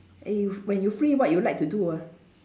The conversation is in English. eh if when you free what you like to do ah